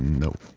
nope